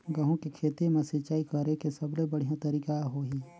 गंहू के खेती मां सिंचाई करेके सबले बढ़िया तरीका होही?